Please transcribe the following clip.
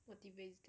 motivating